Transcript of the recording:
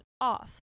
off